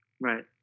Right